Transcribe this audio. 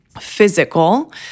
physical